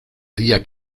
día